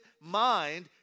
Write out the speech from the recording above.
mind